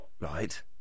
Right